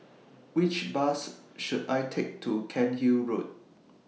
Which Bus should I Take to Cairnhill Road